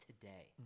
today